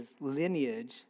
lineage